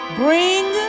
bring